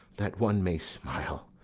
that one may smile,